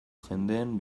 jendeen